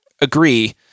agree